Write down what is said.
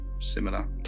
similar